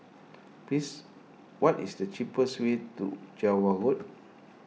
please what is the cheapest way to Java Road